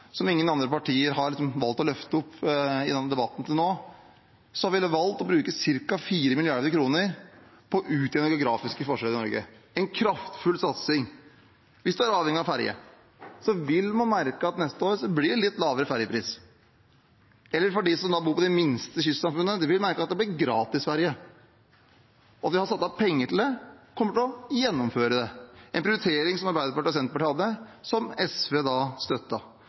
som ingen andre partier har valgt å løfte i denne debatten til nå. Vi har valgt å bruke ca. 4 mrd. kr på å utjevne geografiske forskjeller i Norge – en kraftfull satsing. Hvis man er avhengig av ferge, vil man merke at neste år blir det litt lavere fergepris. Eller ta dem som bor i de minste kystsamfunnene: De vil merke at det blir gratis ferge. Vi har satt av penger til det, og vi kommer til å gjennomføre det. Det var en prioritering som Arbeiderpartiet og Senterpartiet hadde, og som SV